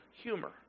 humor